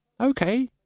Okay